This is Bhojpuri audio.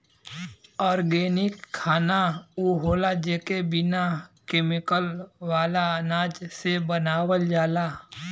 ऑर्गेनिक खाना उ होला जेके बिना केमिकल वाला अनाज से बनावल जाला